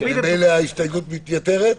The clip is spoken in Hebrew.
אז ממילא ההסתייגות מתייתרת?